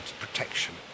protection